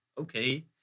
okay